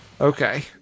Okay